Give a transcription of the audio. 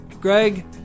Greg